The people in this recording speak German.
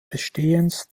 bestehens